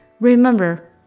Remember